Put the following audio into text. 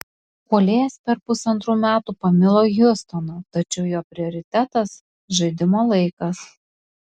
puolėjas per pusantrų metų pamilo hjustoną tačiau jo prioritetas žaidimo laikas